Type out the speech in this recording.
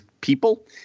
people